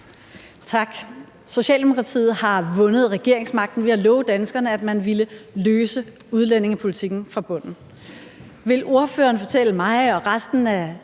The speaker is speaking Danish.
Tak. Socialdemokratiet har vundet regeringsmagten ved at love danskerne, at man ville løse problemet med udlændingepolitikken fra bunden. Vil ordføreren fortælle mig og resten af